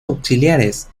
auxiliares